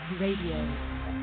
RADIO